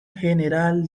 general